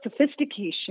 sophistication